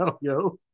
yo